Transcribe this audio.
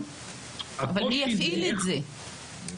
- אבל מי יפעיל את ההכשרות?